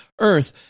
earth